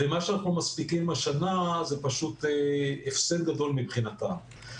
ומה שאנחנו מספיקים השנה זה פשוט הפסד גדול מבחינתם.